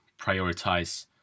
prioritize